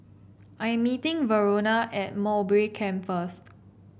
I am meeting Verona at Mowbray Camp first